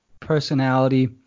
personality